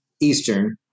Eastern